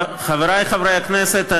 חברי חברי הכנסת,